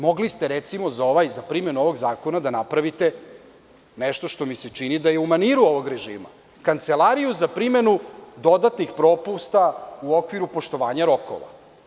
Mogli ste, recimo, za primenu ovog zakona da napravite nešto što mi se čini da je u maniru ovog režima – kancelariju za primenu dodatnih propusta u okviru poštovanja rokova.